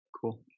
Cool